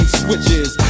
switches